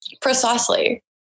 Precisely